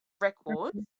records